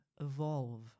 evolve